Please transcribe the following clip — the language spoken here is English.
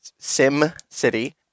SimCity